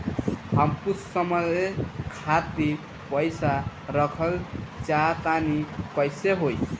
हम कुछ समय खातिर पईसा रखल चाह तानि कइसे होई?